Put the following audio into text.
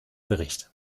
bericht